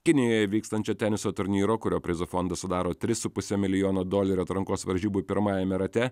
kinijoje vykstančio teniso turnyro kurio prizų fondą sudaro trys su puse milijono dolerių atrankos varžybų pirmajame rate